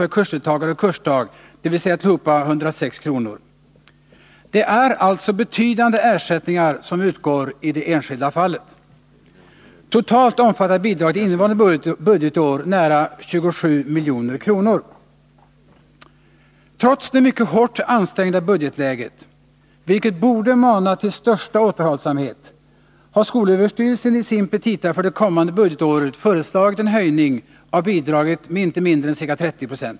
per kursdeltagare och kursdag, dvs. tillhopa 106 kr. Det är alltså betydande ersättningar som utgår i det enskilda fallet. Totalt omfattar bidraget innevarande budgetår nära 27 milj.kr. Trots det mycket ansträngda budgetläget, vilket borde mana till största återhållsamhet, har skolöverstyrelsen i sina petita för det kommande budgetåret föreslagit en höjning av bidraget med inte mindre än ca 30 96.